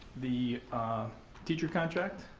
the teacher contract,